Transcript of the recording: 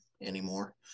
anymore